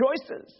choices